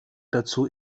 dazu